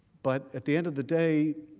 but at the end of the day,